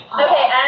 Okay